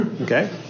Okay